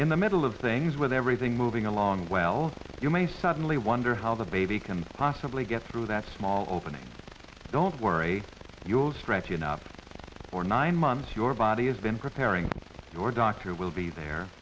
in the middle of things with everything moving along well you may suddenly wonder how the baby can possibly get through that small opening don't worry your stretching up for nine months your body is been preparing your doctor will be the